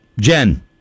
Jen